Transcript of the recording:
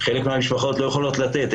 חלק מהמשפחות לא יכולות לתת,